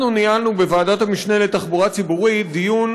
ניהלנו בוועדת המשנה לתחבורה ציבורית דיון